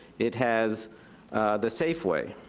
it has the safeway.